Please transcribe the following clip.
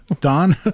don